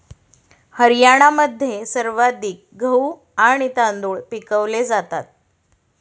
हरियाणामध्ये सर्वाधिक गहू आणि तांदूळ पिकवले जातात